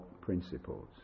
principles